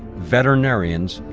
veterinarians,